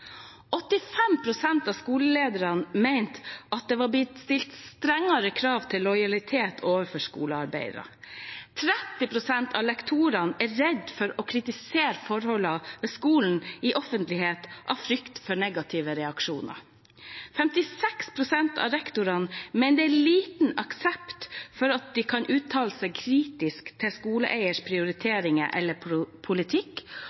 av skolelederne mener at det var blitt stilt strengere krav til lojalitet overfor skolemedarbeiderne. 30 pst. av lektorene er redde for offentlig å kritisere forholdene ved skolen i frykt for negative reaksjoner. 56 pst. av rektorene mener det er liten aksept for å kunne uttale seg kritisk til skoleeiers prioriteringer eller politikk.